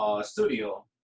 studio